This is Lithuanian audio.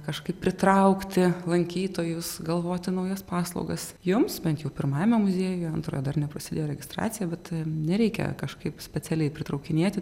kažkaip pritraukti lankytojus galvoti naujas paslaugas jums bent jau pirmajame muziejuje antrojo dar neprasidėjo registracija vat nereikia kažkaip specialiai pritraukinėti